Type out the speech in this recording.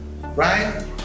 right